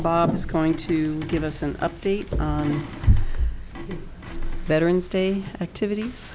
bob is going to give us an update on veteran's day activities